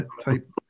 type